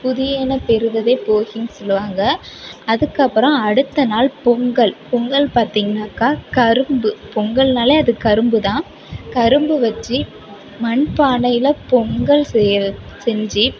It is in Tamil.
புதியனப் பெறுவதே போகின்னு சொல்லுவாங்க அதுக்கப்புறம் அடுத்த நாள் பொங்கல் பொங்கல் பார்த்திங்கனாக்கா கரும்பு பொங்கல்னாலே அது கரும்புதான் கரும்பு வச்சு மண் பானையில் பொங்கல் செய்யிற செஞ்சு